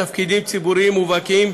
תפקידים ציבוריים מובהקים,